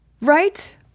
right